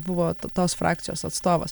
buvo to tos frakcijos atstovas